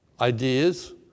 ideas